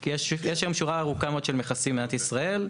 היום, יש שורה ארוכה מאוד של מכסים במדינת ישראל.